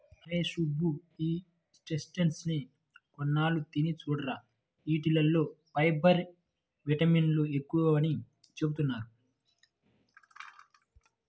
అరేయ్ సుబ్బు, ఈ చెస్ట్నట్స్ ని కొన్నాళ్ళు తిని చూడురా, యీటిల్లో ఫైబర్, విటమిన్లు ఎక్కువని చెబుతున్నారు